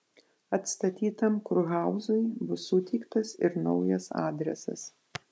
atstatytam kurhauzui bus suteiktas ir naujas adresas